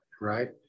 right